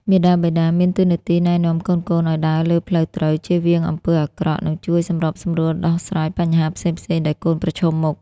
មាតាបិតាមានតួនាទីណែនាំកូនៗឲ្យដើរលើផ្លូវត្រូវ ចៀសវាងអំពើអាក្រក់ និងជួយសម្របសម្រួលដោះស្រាយបញ្ហាផ្សេងៗដែលកូនប្រឈមមុខ។